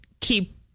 keep